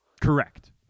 Correct